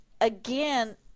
again